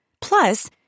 Plus